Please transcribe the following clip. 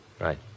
Right